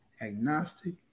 agnostic